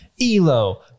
Elo